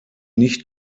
nicht